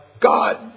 God